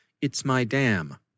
It'sMyDam